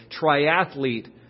triathlete